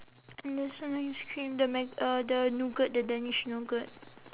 there's one ice cream the mc~ uh the nougat the danish nougat